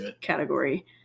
category